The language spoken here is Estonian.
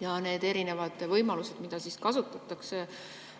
Ja need erinevad võimalused, mida kasutatakse,